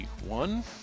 one